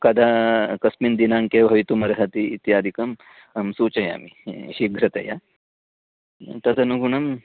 कदा कस्मिन् दिनाङ्के भवितुम् अर्हति इत्यादिकम् अहं सूचयामि शीघ्रतया तदनुगुणम्